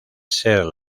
ser